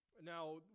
now